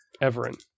Everin